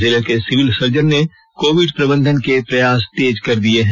जिले के civil surgeon ने कोविड प्रबंधन के प्रयास तेज कर दिये हैं